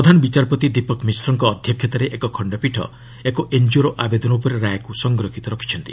ପ୍ରଧାନ ବିଚାରପତି ଦୀପକ ମିଶ୍ରଙ୍କ ଅଧ୍ୟକ୍ଷତାରେ ଏକ ଖଣ୍ଡପୀଠ ଏକ ଏନ୍କିଓର ଆବେଦନ ଉପରେ ରାୟକୁ ସଂରକ୍ଷିତ ରଖିଛନ୍ତି